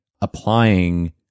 applying